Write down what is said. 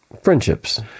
friendships